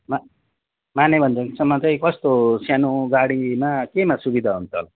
मा माने भन्ज्याङसम्म चाहिँ कस्तो सानो गाडीमा केमा सुविधा हुन्छ होला